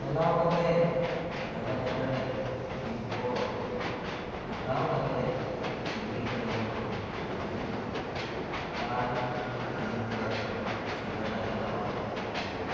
ᱪᱟᱞᱟᱣ ᱠᱟᱛᱮ ᱜᱟᱰᱟ ᱫᱷᱟᱨᱮ ᱨᱮ ᱛᱤᱨᱯᱚᱞ ᱠᱷᱟᱴᱟᱣ ᱠᱟᱛᱮ ᱥᱤᱸᱜᱟᱹᱲ ᱵᱮᱲᱟ ᱫᱚ ᱛᱟᱦᱮᱱ ᱦᱩᱭᱩᱜᱼᱟ ᱟᱨ ᱫᱤᱱᱵᱮᱲᱟ ᱫᱚ ᱥᱮᱸᱫᱽᱨᱟ ᱪᱟᱞᱟᱣ ᱦᱩᱭᱩᱜᱼᱟ